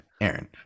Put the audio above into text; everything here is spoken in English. aaron